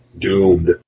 doomed